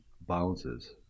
bounces